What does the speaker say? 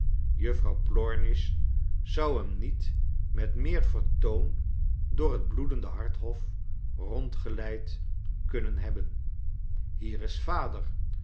juffrouw plornish zou hem niet met meer vertoon door het bloedendehart hof rondgeleid kunnen hebben ther is vader